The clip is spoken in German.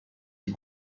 die